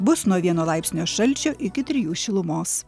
bus nuo vieno laipsnio šalčio iki trijų šilumos